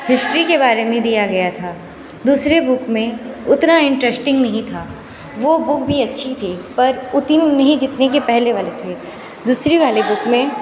history के बारे में दिया गया था दूसरे बुक में उतना इंटरेशटिंग नहीं था वो बुक भी अच्छी थी पर उतनी नहीं जितनी कि पहले वाली थी दूसरी वाली बुक में